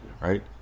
right